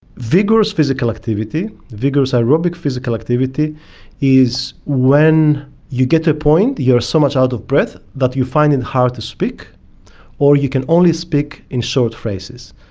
vigorous physical activity, vigorous aerobic physical activity is when you get to a point you are so much out of breath that you find it hard to speak or you can only speak in short phrases.